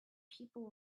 people